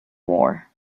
war